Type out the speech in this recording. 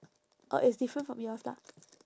uh it's different from yours lah